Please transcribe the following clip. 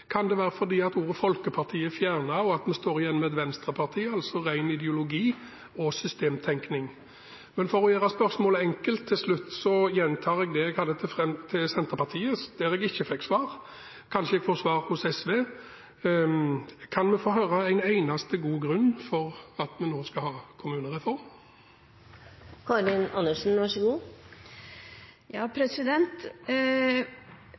Kan det være fordi ordet «folkeparti» er fjernet og en står igjen med «venstreparti», altså ren ideologi og systemtenkning? Men for å gjøre spørsmålet enkelt til slutt, gjentar jeg det jeg hadde til Senterpartiet, der jeg ikke fikk svar. Kanskje jeg får svar fra SV: Kan vi få høre en eneste god grunn til at vi nå skal ha